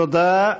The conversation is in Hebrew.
תודה.